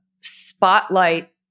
spotlight